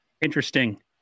Interesting